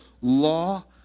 law